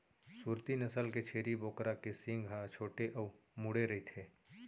सूरती नसल के छेरी बोकरा के सींग ह छोटे अउ मुड़े रइथे